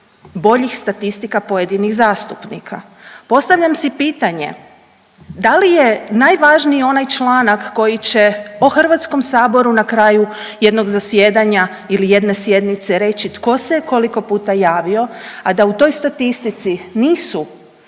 boljih statistika pojedinih zastupnika? Postavljam si pitanje da li je najvažniji onaj članak koji će o HS na kraju jednog zasjedanja ili jedne sjednice reći tko se i koliko puta javio, a da u toj statistici nisu